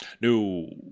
No